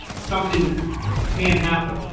something can't happen.